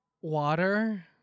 Water